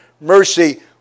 mercy